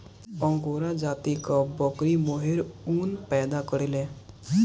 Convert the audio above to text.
angora जाति कअ बकरी मोहेर ऊन पैदा करेले